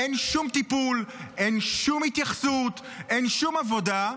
אין שום טיפול, אין שום התייחסות, אין שום עבודה.